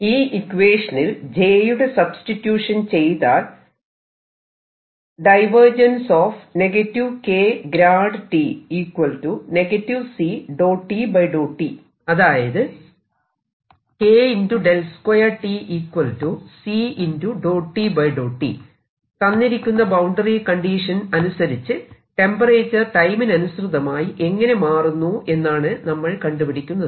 അപ്പോൾ ഈ ഇക്വേഷനിൽ j യുടെ സബ്സ്റ്റിട്യൂഷൻ ചെയ്താൽ അതായത് തന്നിരിക്കുന്ന ബൌണ്ടറി കണ്ടിഷൻ അനുസരിച്ച് ടെമ്പറേച്ചർ ടൈമിനനുസൃതമായി എങ്ങനെ മാറുന്നു എന്നാണ് നമ്മൾ കണ്ടുപിടിക്കുന്നത്